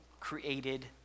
Created